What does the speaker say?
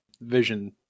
vision